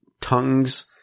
tongues